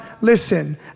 listen